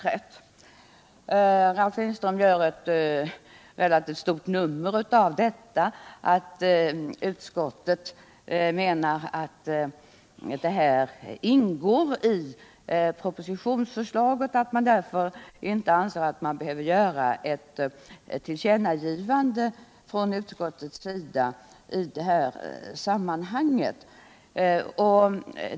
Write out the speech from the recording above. Ralf Lindström gör ett relativt stort nummer av att utskottet menar att denna möjlighet ingår i propositionsförslaget och att utskottet därför inte anser sig behöva göra ett tillkännagivande i detta sammanhang.